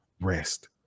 rest